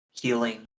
healing